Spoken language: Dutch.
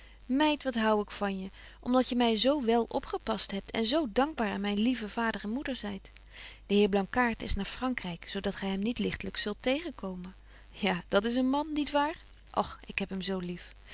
meid wat hou ik van je om dat je my zo wel opgepast hebt en zo dankbaar aan myn lieven vader en moeder zyt de heer blankaart is naar vrankryk zo dat gy hem niet ligtelyk zult tegenkomen ja dat is een man niet waar och ik heb hem zo lief